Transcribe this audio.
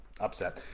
Upset